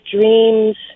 dreams